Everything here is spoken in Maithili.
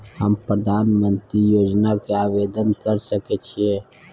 हम प्रधानमंत्री योजना के आवेदन कर सके छीये?